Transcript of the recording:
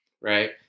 right